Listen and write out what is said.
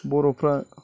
बर'फ्रा